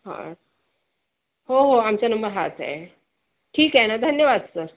हां हो हो आमच्या नंब हाच आहे ठीक आहे ना धन्यवाद सर